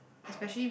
especially